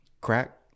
Crack